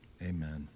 Amen